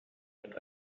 hat